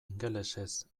ingelesez